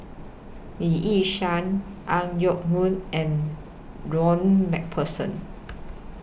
Lee Yi Shyan Ang Yoke Mooi and Ronald MacPherson